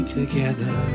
together